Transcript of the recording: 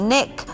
Nick